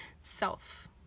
self